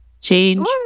Change